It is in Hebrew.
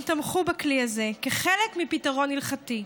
הם תמכו בכלי הזה כחלק מפתרון הלכתי.